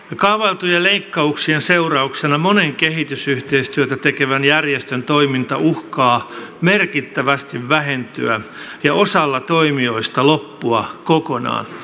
jo kaavailtujen leikkauksien seurauksena monen kehitysyhteistyötä tekevän järjestön toiminta uhkaa merkittävästi vähentyä ja osalla toimijoista loppua kokonaan